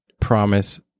promise